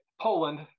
Poland